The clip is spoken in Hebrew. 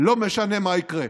לא משנה מה יקרה.